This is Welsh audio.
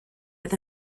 oedd